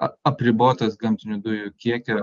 a apribotas gamtinių dujų kiekio